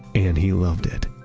and he loved it.